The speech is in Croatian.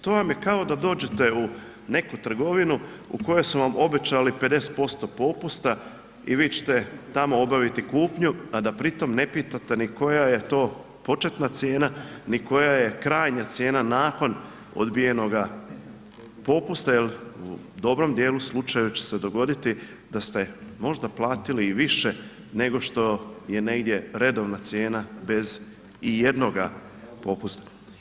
To vam je kao da dođete u neki trgovinu u kojoj su vam obećali 50% i vi ćete tamo obaviti kupnju a da pritom ne pitate ni koja je to početna cijena ni koja je krajnja cijena nakon odbijenoga popusta jer u dobrom dijelu slučaja će se dogoditi da ste možda platili i više nego što je negdje redovna cijena bez i jednoga popusta.